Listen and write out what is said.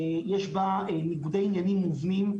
יש בה ניגודי עניינים מובנים,